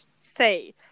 say